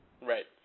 Right